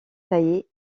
taillé